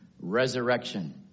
resurrection